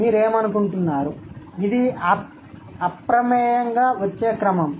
మీరు ఏమనుకుంటున్నారు ఇది అప్రమేయంగా వచ్చే క్రమం